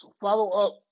follow-up